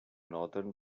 northern